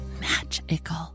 magical